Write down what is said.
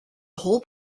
whole